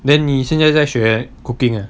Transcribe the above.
then 你现在在学 cooking